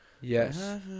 Yes